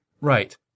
Right